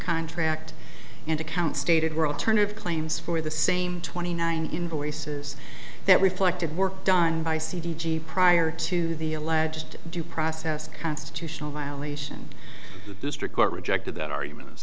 contract and account stated world turn of claims for the same twenty nine invoices that reflected work done by c d g prior to the alleged due process constitutional violation of district court rejected that ar